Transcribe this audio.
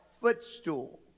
footstool